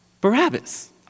Barabbas